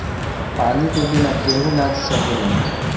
पानी के बिना केहू ना जी सकेला